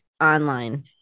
online